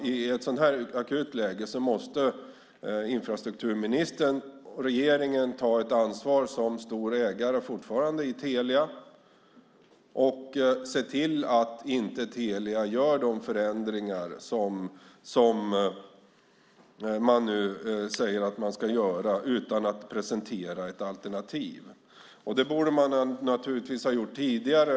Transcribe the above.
I ett sådant här akut läge tycker jag att infrastrukturministern och regeringen måste ta ett ansvar som stor ägare i Telia och se till att Telia inte gör dessa förändringar utan att presentera ett alternativ. Det borde man naturligtvis ha gjort tidigare.